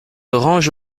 range